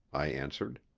i answered.